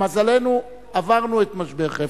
למזלנו עברנו את משבר "חפציבה"